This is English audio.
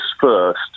first